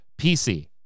PC